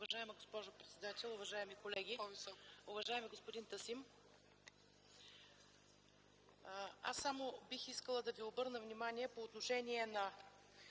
Уважаема госпожо председател, уважаеми колеги! Уважаеми господин Тасим, бих искала да Ви обърна внимание по отношение на